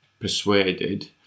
persuaded